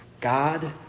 God